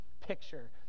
picture